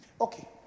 Okay